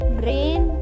brain